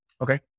Okay